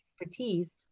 expertise